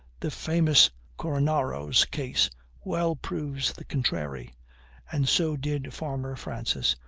the famous cornaro's case well proves the contrary and so did farmer francis,